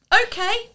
okay